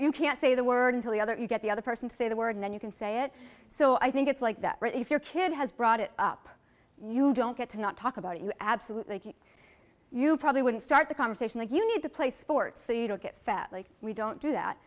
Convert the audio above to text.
you can't say the word until the other you get the other person to say the word and then you can say it so i think it's like that if your kid has brought it up you don't get to not talk about it you absolutely you probably wouldn't start the conversation like you need to play sports so you don't get fat like we don't do that